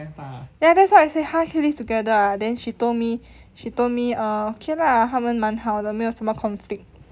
ya that's why I say !huh! live together ah then she told me she told me err okay lah 他们蛮好了没有什么 conflict